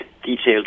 detailed